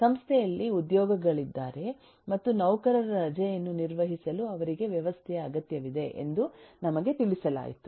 ಸಂಸ್ಥೆಯಲ್ಲಿ ಉದ್ಯೋಗಿಗಳಿದ್ದಾರೆ ಮತ್ತು ನೌಕರರ ರಜೆಯನ್ನು ನಿರ್ವಹಿಸಲು ಅವರಿಗೆ ವ್ಯವಸ್ಥೆಯ ಅಗತ್ಯವಿದೆ ಎಂದು ನಮಗೆ ತಿಳಿಸಲಾಯಿತು